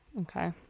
okay